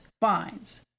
finds